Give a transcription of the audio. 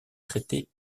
traiter